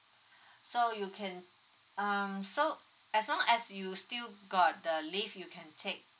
so you can um so as long as you still got the leave you can take